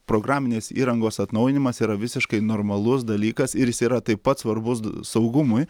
programinės įrangos atnaujinimas yra visiškai normalus dalykas ir jis yra taip pat svarbus saugumui